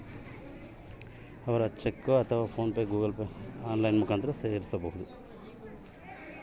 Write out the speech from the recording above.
ಬೇರೆಯವರ ದುಡ್ಡನ್ನು ನನ್ನ ಖಾತೆಗೆ ಹೇಗೆ ಸೇರಿಸಬೇಕು?